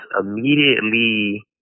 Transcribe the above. immediately